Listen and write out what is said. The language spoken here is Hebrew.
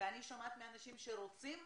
ואני שומעת מאנשים שרוצים,